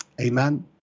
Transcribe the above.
Amen